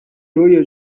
رویا